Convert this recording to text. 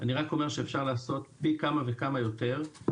אני רק אומר שאפשר לעשות פי כמה וכמה יותר.